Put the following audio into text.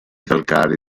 calcarei